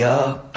up